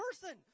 person